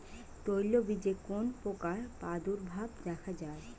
তৈলবীজে কোন পোকার প্রাদুর্ভাব দেখা যায়?